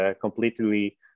completely